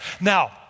Now